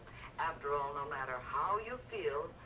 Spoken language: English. after all no matter how you feel,